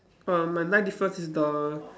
uh my ninth difference is the